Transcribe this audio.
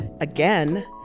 again